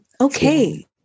Okay